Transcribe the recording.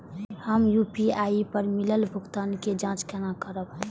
हम यू.पी.आई पर मिलल भुगतान के जाँच केना करब?